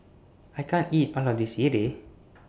I can't eat All of This Sireh